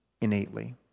innately